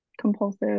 compulsive